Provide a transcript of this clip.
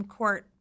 court